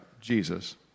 Jesus